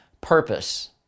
purpose